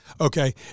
Okay